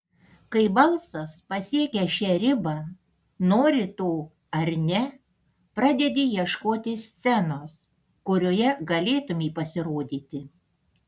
kai balsas pasiekia šią ribą nori to ar ne pradedi ieškoti scenos kurioje galėtumei pasirodyti